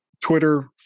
Twitter